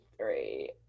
three